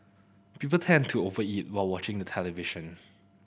people tend to over eat while watching the television